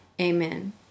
Amen